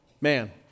Man